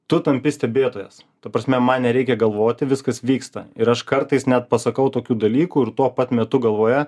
tu tampi stebėtojas ta prasme man nereikia galvoti viskas vyksta ir aš kartais net pasakau tokių dalykų ir tuo pat metu galvoje